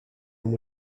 and